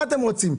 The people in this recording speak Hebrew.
מה אתם רוצים?